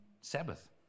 Sabbath